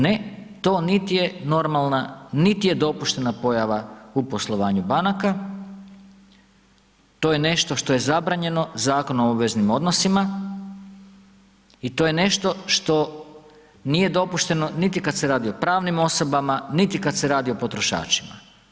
Ne, to niti je normalna, niti je dopuštena pojava u poslovanju banaka, to je nešto što je zabranjeno Zakonom o obveznim odnosima i to je nešto što nije dopušteno niti kada se radi o pravnim osobama, niti kada se radi o potrošačima.